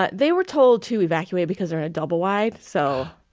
but they were told to evacuate because they're in a double-wide, so.